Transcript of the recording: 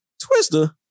Twister